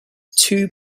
two